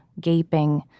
gaping